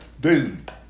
Dude